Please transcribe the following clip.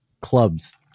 clubs